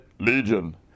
Legion